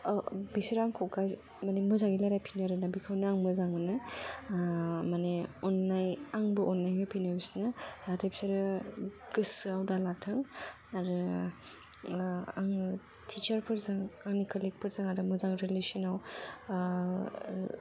बिसोरो आंखौहाय मानि मोजांङै रायलायफिनो आरो बेखायनो आङो मोजां मोनो मानि अननाय आंबो अननाय होफिनो बिसिनो नाथाइ बिसोरो गोसोआव दालाथों आरो आङो टिचारफोरजों आंनि कालिगफोरजों आरो मोजां रिलेसनाव